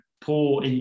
poor